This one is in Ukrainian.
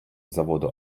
заводу